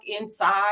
inside